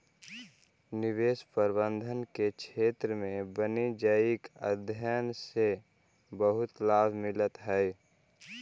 निवेश प्रबंधन के क्षेत्र में वाणिज्यिक अध्ययन से बहुत लाभ मिलऽ हई